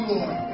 Lord